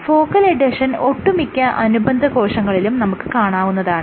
എന്നാൽ focal adhesion ഒട്ടുമിക്ക അനുബന്ധ കോശങ്ങളിലും നമുക്ക് കാണാവുന്നതാണ്